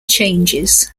changes